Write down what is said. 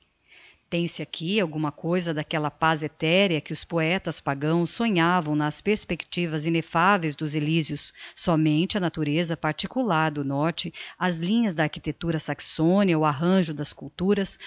tem-se aqui alguma coisa d'aquella paz etherea que os poetas pagãos sonhavam nas perspectivas ineffaveis dos elysios sómente a natureza particular do norte as linhas da architectura saxonia o arranjo das culturas